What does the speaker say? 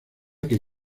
que